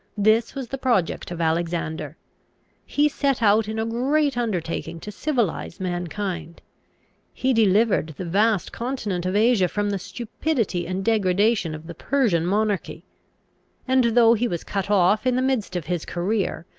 this was the project of alexander he set out in a great undertaking to civilise mankind he delivered the vast continent of asia from the stupidity and degradation of the persian monarchy and, though he was cut off in the midst of his career,